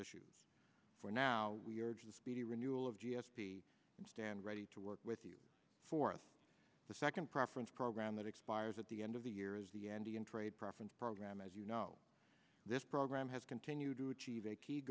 issues for now we urge the speedy renewal of g s t and stand ready to work with you for us the second preference program that expires at the end of the year is the andean trade preference program as you know this program has continued to achieve a key